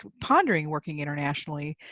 pondering working internationally.